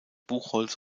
buchholz